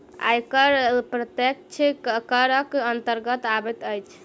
आयकर प्रत्यक्ष करक अन्तर्गत अबैत अछि